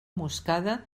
moscada